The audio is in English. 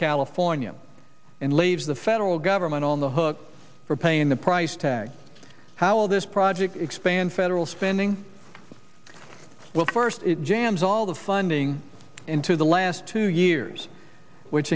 california and leaves the federal government on the hook for paying the price tag how will this project expand federal spending well first it jams all the funding into the last two years which